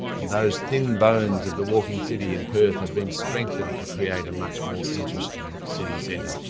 and those thin bones of the walking city in perth have been strengthened to create a much more interesting city centre.